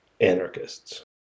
anarchists